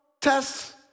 tests